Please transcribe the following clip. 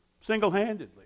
single-handedly